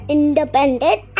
independent